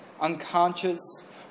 unconscious